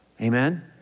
Amen